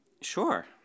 Sure